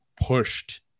pushed